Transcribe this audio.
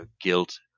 guilt